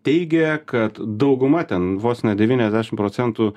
teigė kad dauguma ten vos ne devyniasdešim procentų